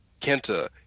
Kenta